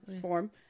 form